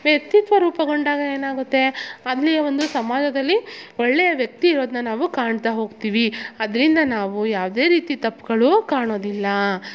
ವ್ಯಕ್ತಿತ್ವ ರೂಪುಗೊಂಡಾಗ ಏನಾಗುತ್ತೆ ಅಲ್ಲಿಯ ಒಂದು ಸಮಾಜದಲ್ಲಿ ಒಳ್ಳೆಯ ವ್ಯಕ್ತಿ ಇರೋದನ್ನ ನಾವು ಕಾಣ್ತಾ ಹೋಗ್ತಿವಿ ಅದರಿಂದ ನಾವು ಯಾವುದೆ ರೀತಿ ತಪ್ಪುಗಳು ಕಾಣೋದಿಲ್ಲ